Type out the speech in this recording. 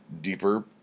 deeper